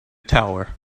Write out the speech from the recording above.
tower